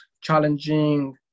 challenging